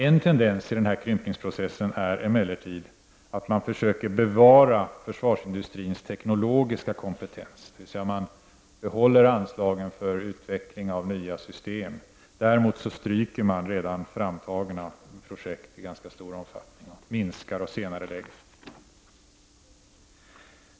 En tendens i den krympningsprocessen är emellertid att man försöker bevara försvarsindustrins teknologiska kompetens, dvs. man behåller anslagen för utveckling av nya system, medan man i ganska stor omfattning stryker redan framtagna projekt samt minskar och senarelägger projekt.